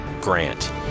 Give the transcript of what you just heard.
GRANT